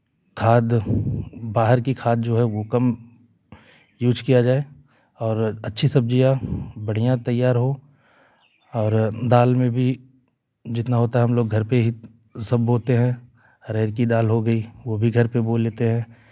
खाद बाहर की खाद जो है वो कम यूज़ किया जाए और अच्छी सब्जियाँ बढ़िया तैयार हो और दाल में भी जितना होता है हम लोग घर पर ही सब बोते हैं अरहर की दाल हो गई वो भी घर पर बो लेते हैं